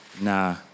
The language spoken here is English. Nah